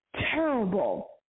terrible